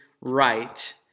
right